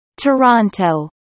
Toronto